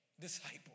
disciple